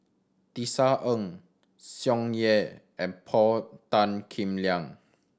Tisa Ng Tsung Yeh and Paul Tan Kim Liang